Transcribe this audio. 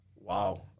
wow